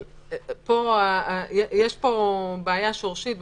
יש פה בעיה שורשית,